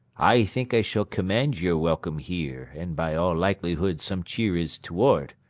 i think i shall command your welcome here, and by all likelihood some cheer is toward.